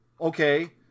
okay